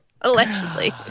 Allegedly